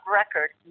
record